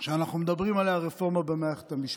שאנחנו מדברים עליה, רפורמה במערכת המשפט.